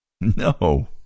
No